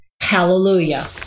hallelujah